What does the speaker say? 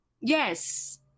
yes